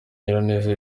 nyiraneza